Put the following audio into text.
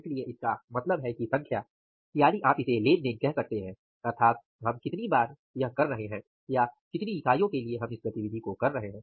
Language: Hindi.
इसलिए इसका मतलब है कि संख्या यानि आप इसे लेनदेन कह सकते हैं अर्थात हम कितनी बार यह कर रहे हैं या कितनी इकाइयों के लिए हम इस गतिविधि को कर रहे हैं